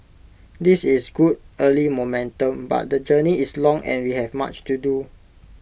this is good early momentum but the journey is long and we have much to do